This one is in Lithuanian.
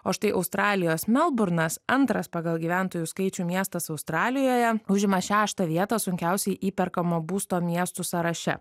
o štai australijos melburnas antras pagal gyventojų skaičių miestas australijoje užima šeštą vietą sunkiausiai įperkamo būsto miestų sąraše